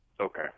Okay